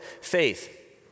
faith